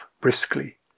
briskly